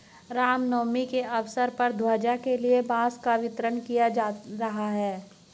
राम नवमी के अवसर पर ध्वजा के लिए बांस का वितरण किया जा रहा है